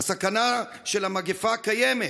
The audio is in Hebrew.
הסכנה של המגפה קיימת